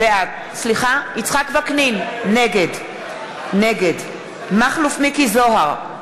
נגד מכלוף מיקי זוהר,